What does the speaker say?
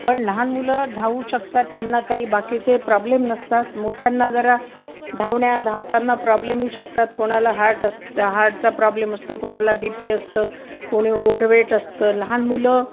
पण लहान मुलं धावू शकतात त्यांना काही बाकीचे प्रॉब्लेम नसतात मोठ्यांना जरा धावण्या धावताना प्रॉब्लेम येऊ शकतात कोणाला हार्ट असतं हार्टचा प्रॉब्लेम असतो कोणाला बी पी असतं कोणी ओव्हरवेट असतं लहान मुलं